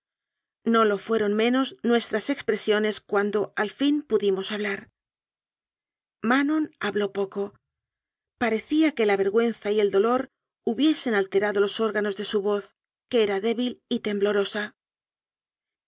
no o fueron menos nuestras expresiones cuando al fin pudimos hablar manon habló poco parecía que la vergüenza y el dolor hubiesen alterado los ór ganos de su voz que era débil y temblorosa